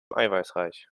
eiweißreich